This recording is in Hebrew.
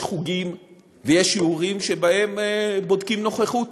יש חוגים ויש שיעורים שבהם בודקים נוכחות